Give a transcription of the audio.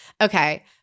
okay